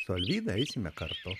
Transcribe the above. tolyn eisime kartu